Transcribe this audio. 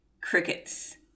crickets